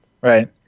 right